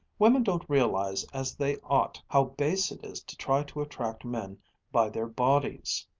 women don't realize as they ought how base it is to try to attract men by their bodies,